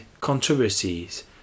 controversies